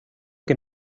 que